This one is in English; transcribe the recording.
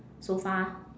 so far